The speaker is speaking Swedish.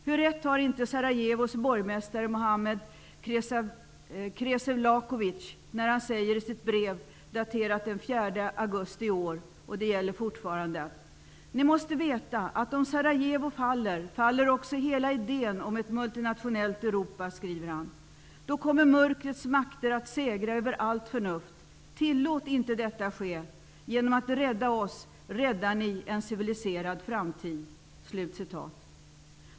Hur rätt har inte Sarajevos borgmästare Muhamed Kresevlakovic när han säger i sitt brev daterat den 4 augusti i år -- och det gäller fortfarande: ''Ni måste veta att om Sarajevo faller, faller också hela idén om ett multinationellt Europa. Då kommer mörkrets makter att segra över allt förnuft. Tillåt inte detta ske. Genom att rädda oss, räddar ni en civiliserad framtid.''